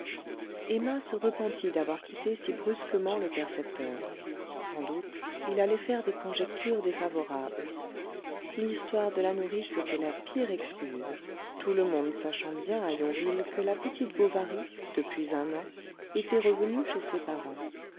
emma se repentit d'avoir quitté si brusquement le percepteur sans doute il allait faire des conjectures défavorables l'histoire de la nourrice était la pire excuse tout le monde sachant bien à yonville que la petite bovary depuis un an était revenue chez ses parents